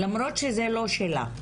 למרות שזה לא שלה.